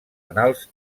annals